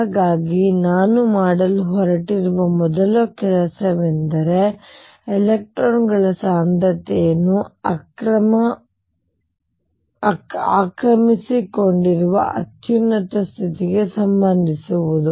ಹಾಗಾಗಿ ನಾನು ಮಾಡಲು ಹೊರಟಿರುವ ಮೊದಲ ಕೆಲಸವೆಂದರೆ ಎಲೆಕ್ಟ್ರಾನ್ಗಳ ಸಾಂದ್ರತೆಯನ್ನು ಆಕ್ರಮಿಸಿಕೊಂಡಿರುವ ಅತ್ಯುನ್ನತ ಸ್ಥಿತಿಗೆ ಸಂಬಂಧಿಸುವುದು